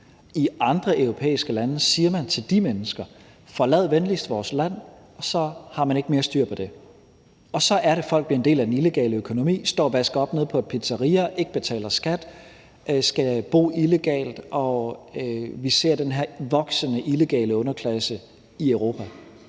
I andre europæiske lande siger man til de mennesker: Forlad venligst vores land. Og så har man ikke mere styr på det. Så er det, folk bliver en del af den illegale økonomi, står og vasker op nede på et pizzeria, ikke betaler skat og skal bo illegalt, og vi ser den her voksende illegale underklasse i Europa.